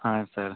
हाँ सर